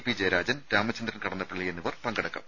P Jayarajan Ramachandran Kadannappally എന്നിവർ പങ്കെടുക്കും